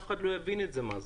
אף אחד לא יבין מה זה.